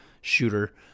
shooter